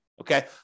Okay